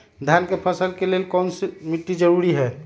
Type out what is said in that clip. धान के फसल के लेल कौन मिट्टी जरूरी है?